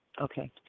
okay